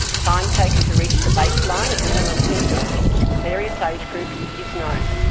time taken to reach the baseline of minimum symptoms for various age groups is known.